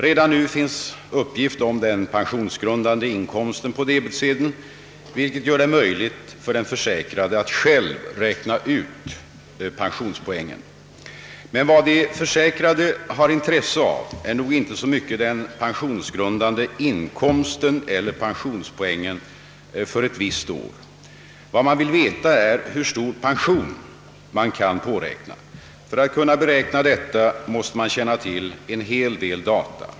Redan nu finns uppgift om den pensionsgrundande inkomsten på debetsedlarna, vilket gör det möjligt för den försäkrade att själv räkna ut pensionspoängen. Men vad de försäkrade har intresse av är nog inte så mycket den pensionsgrundande inkomsten eller pensionspoängen för ett visst år. Vad man vill veta är hur stor pension man kan påräkna. För att kunna beräkna detta måste man känna till en hel del data.